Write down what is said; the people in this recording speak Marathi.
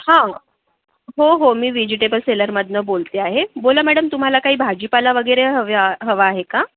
हां हो हो मी व्हिजिटेबल सेलरमधनं बोलते आहे बोला मॅडम तुम्हाला काही भाजीपाला वगैरे हवे हवा आहे का